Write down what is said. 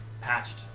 patched